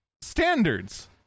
standards